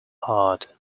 heart